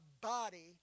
body